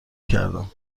کردم